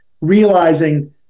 realizing